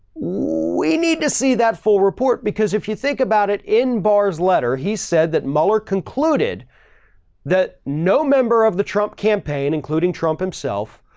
we need to see that full report because if you think about it in bars letter, he said that mueller concluded that no member of the trump campaign, including trump himself,